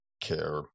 care